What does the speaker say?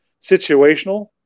situational